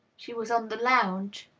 she was on the lounge,